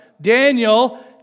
Daniel